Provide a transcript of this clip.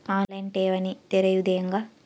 On line ಠೇವಣಿ ತೆರೆಯೋದು ಹೆಂಗ?